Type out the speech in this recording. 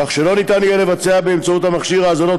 כך שלא ניתן יהיה לבצע באמצעות המכשיר האזנות